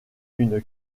une